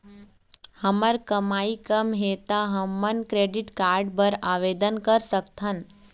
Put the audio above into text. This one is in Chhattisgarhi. हमर कमाई कम हे ता हमन क्रेडिट कारड बर आवेदन कर सकथन?